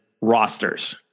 rosters